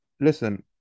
Listen